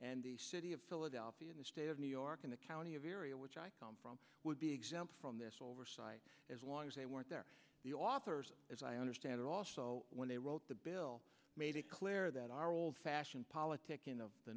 and the city of philadelphia in the state of new york in the county of area which would be exempt from this oversight as long as they weren't there the authors as i understand it also when they wrote the bill made it clear that our old fashioned politicking of the